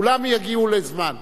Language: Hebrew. כולם יגיעו לזמן.